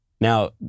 Now